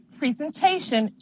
presentation